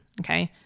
Okay